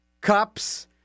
cups